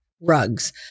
rugs